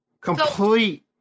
Complete